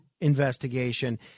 investigation